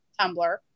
Tumblr